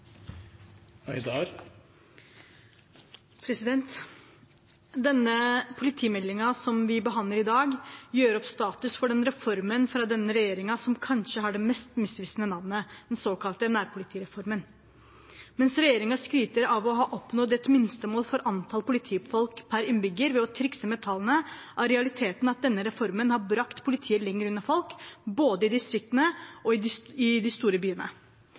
Denne politimeldingen vi behandler i dag, gjør opp status for den reformen fra denne regjeringen som kanskje har det mest misvisende navnet, den såkalte nærpolitireformen. Mens regjeringen skryter av å ha oppnådd et minstemål for antall politifolk per innbygger ved å trikse med tallene, er realiteten at denne reformen har brakt politiet lenger unna folk, både i distriktene og i de